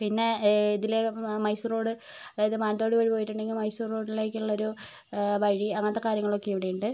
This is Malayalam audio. പിന്നെ ഇതിലെ മൈസൂർ റോഡ് അതായത് മാനന്തവാടി വഴി പോയിട്ടുണ്ടെങ്കിൽ മൈസൂർ റോഡിലേക്ക് ഉള്ളൊരു വഴി അങ്ങനത്തെ കാര്യങ്ങളൊക്കെ ഇവിടെ ഉണ്ട്